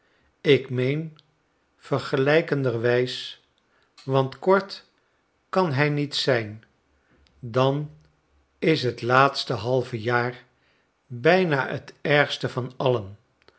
ik meen vergelijkenderwijs want kort kan hij niet zijn dan is het laatste halve jaar bijna t ergste van alien